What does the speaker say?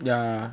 yeah